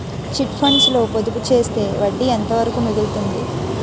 Chit funds లో పొదుపు చేస్తే వడ్డీ ఎంత వరకు మిగులుతుంది?